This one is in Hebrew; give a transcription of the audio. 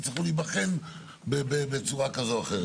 יצטרכו להיבחן בצורה כזו או אחרת.